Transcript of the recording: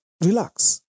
relax